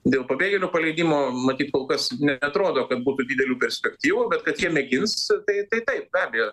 dėl pabėgėlių paleidimo matyt kol kas neatrodo kad būtų didelių perspektyvų bet kad jie mėgins tai tai taip be abejo